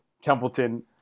Templeton